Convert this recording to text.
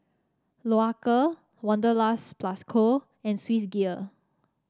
Loacker Wanderlust Plus Co and Swissgear